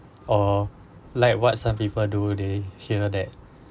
or like what some people do they hear that